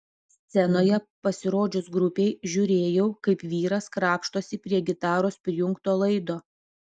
scenoje pasirodžius grupei žiūrėjau kaip vyras krapštosi prie gitaros prijungto laido